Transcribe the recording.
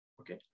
okay